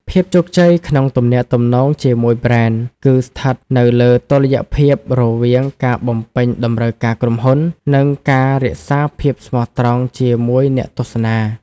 ភាពជោគជ័យក្នុងទំនាក់ទំនងជាមួយប្រេន គឺស្ថិតនៅលើតុល្យភាពរវាងការបំពេញតម្រូវការក្រុមហ៊ុន និងការរក្សាភាពស្មោះត្រង់ជាមួយអ្នកទស្សនា។